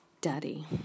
Daddy